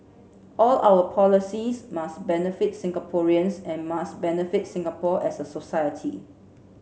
all our policies must benefit Singaporeans and must benefit Singapore as a society